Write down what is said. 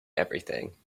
everything